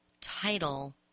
title